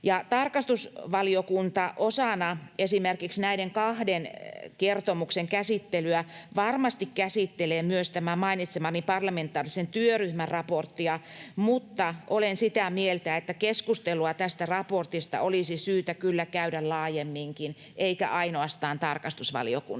tarkastusvaliokunta osana esimerkiksi näiden kahden kertomuksen käsittelyä varmasti käsittelee myös tämän mainitsemani parlamentaarisen työryhmän raporttia, mutta olen sitä mieltä, että keskustelua tästä raportista olisi syytä kyllä käydä laajemminkin eikä ainoastaan tarkastusvaliokunnassa.